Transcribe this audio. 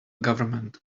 government